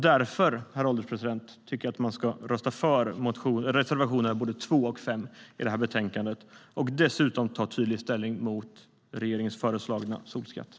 Därför, herr ålderspresident, tycker jag att man ska rösta för reservationerna 2 och 5 i detta betänkande och dessutom ta tydlig ställning mot regeringens föreslagna solskatt.